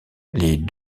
les